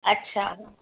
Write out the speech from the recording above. अच्छा